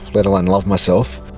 let alone love myself.